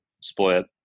split